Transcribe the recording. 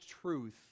truth